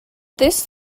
this